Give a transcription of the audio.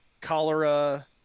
Cholera